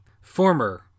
former